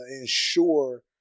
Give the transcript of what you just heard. ensure